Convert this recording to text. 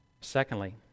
Secondly